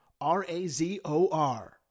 R-A-Z-O-R